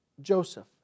Joseph